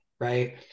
right